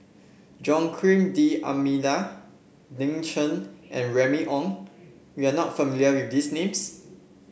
Joaquim D'Almeida Lin Chen and Remy Ong you are not familiar with these names